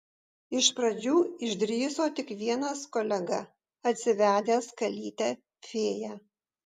iš pradžių išdrįso tik vienas kolega atsivedęs kalytę fėją